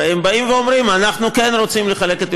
הרי הם אומרים: אנחנו כן רוצים לחלק את ירושלים,